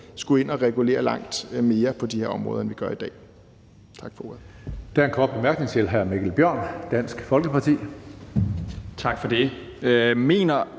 skulle ind og regulere langt mere på de her områder, end vi gør i dag. Tak for ordet.